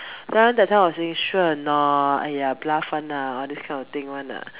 then that time I was saying sure or not !aiya! bluff [one] lah all these kind of things [one] lah